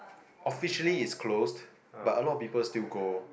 officially is closed but a lot of people still go